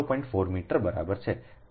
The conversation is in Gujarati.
4 મીટર બરાબર છે